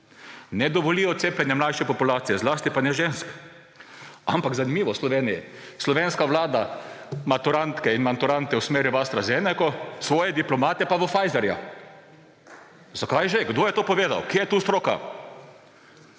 ne dovolijo cepljenja mlajše populacije, zlasti pa ne žensk. Ampak zanimivo – v Sloveniji slovenska vlada maturantke in maturante usmerja v AstraZeneco, svoje diplomate pa v Pfizerja. Zakaj že, kdo je to povedal, kje je tu stroka?